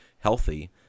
healthy